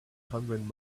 hundred